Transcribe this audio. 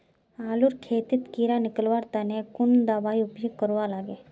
आलूर खेतीत कीड़ा निकलवार तने कुन दबाई उपयोग करवा लगे?